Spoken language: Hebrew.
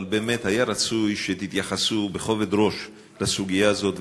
אבל היה רצוי שתתייחסו בכובד ראש לסוגיה הזאת,